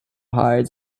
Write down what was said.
hides